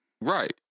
right